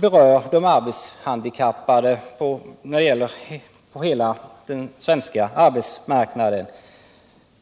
berör de arbetshandikappade.